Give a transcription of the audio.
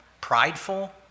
prideful